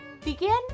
Begin